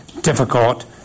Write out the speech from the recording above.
difficult